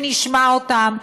נשמע אותם,